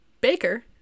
Baker